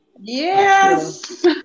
Yes